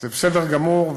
זה בסדר גמור,